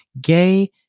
Gay